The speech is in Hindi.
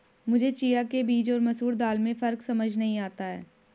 मुझे चिया के बीज और मसूर दाल में फ़र्क समझ नही आता है